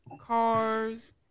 cars